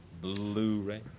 Blu-ray